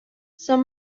son